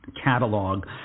catalog